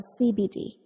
CBD